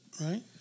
Right